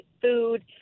food